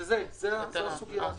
זו הסוגיה הזו.